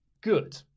good